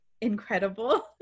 incredible